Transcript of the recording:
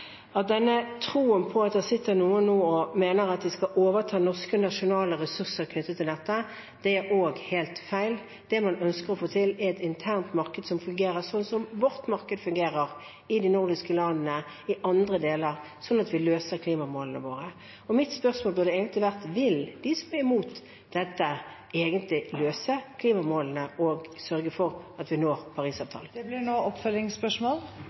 sitter noen og mener at de skal overta norske, nasjonale ressurser knyttet til dette, helt feil. Det man ønsker å få til, er et internt marked som fungerer slik som vårt marked fungerer, i de nordiske landene, i andre deler, slik at vi løser klimamålene våre. Og mitt spørsmål burde egentlig vært: Vil de som er imot dette, egentlig løse klimamålene og sørge for at vi når Parisavtalen? Marit Arnstad – til oppfølgingsspørsmål.